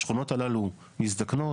השכונות הללו מזדקנות.